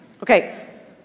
Okay